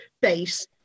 base